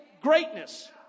greatness